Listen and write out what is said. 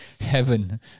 heaven